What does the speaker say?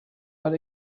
are